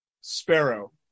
sparrow